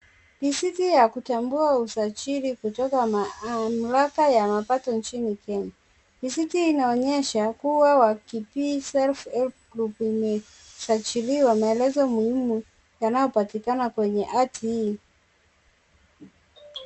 Risiti ya kutambua usajili kutoka mamlaka ya mapato nchini kenya. Risiti inaonyesha kuwa Wakibii Self Help Group imesajiliwa, maelezo muhimu yanayopatikana kwenye hati hii.